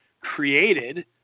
created